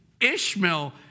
Ishmael